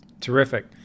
Terrific